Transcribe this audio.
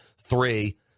Three